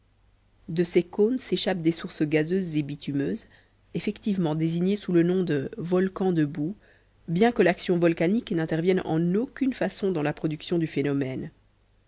de ces cônes s'échappent des sources gazeuses et bitumineuses effectivement désignées sous le nom de volcans de boue bien que l'action volcanique n'intervienne en aucune façon dans la production du phénomène